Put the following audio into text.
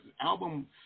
album